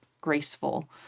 graceful